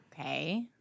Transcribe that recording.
okay